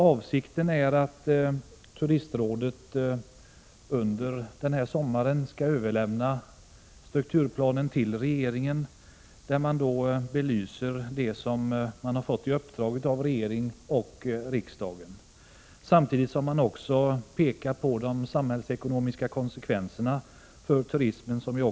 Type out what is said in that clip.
Avsikten är att Turistrådet under den här sommaren skall överlämna strukturplanen till regeringen. I strukturplanen skall man belysa det som man har fått i uppdrag av regering och riksdag. Turistrådet har i uppdrag att även peka på de samhällsekonomiska konsekvenserna för turismen.